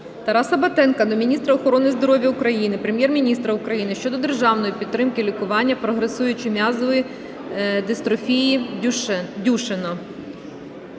Тараса Батенка до міністра охорони здоров'я України, Прем'єр-міністра України щодо державної підтримки лікування прогресуючої м'язової дистрофії Дюшена.